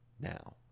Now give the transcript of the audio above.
now